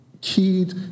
keyed